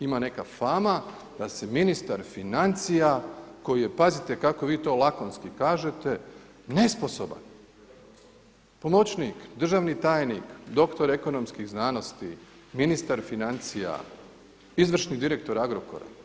Ima neka fama da se ministar financija koji je pazite kako vi to lakonski kažete nesposoban pomoćnik, državni tajnik, doktor ekonomskih znanosti, ministar financija, izvršni direktor Agrokora.